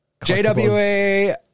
JWA